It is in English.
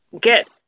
get